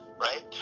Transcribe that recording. right